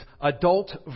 adult